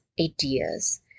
Ideas